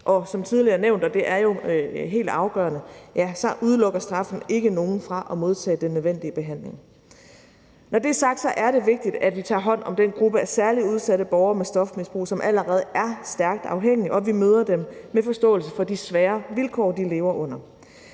Og som tidligere nævnt, og det er jo helt afgørende, udelukker straffen ikke nogen fra at modtage den nødvendige behandling. Kl. 11:02 Når det er sagt, er det vigtigt, at vi tager hånd om den gruppe af særligt udsatte borgere med stofmisbrug, som allerede er stærkt afhængige, og at vi møder dem med forståelse for de svære vilkår, de lever under.